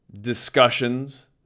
discussions